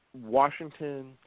Washington